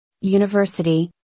University